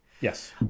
yes